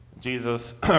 Jesus